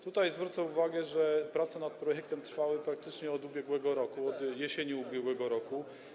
Tutaj zwrócę uwagę, że prace nad projektem trwały praktycznie od ubiegłego roku, od jesieni ubiegłego roku.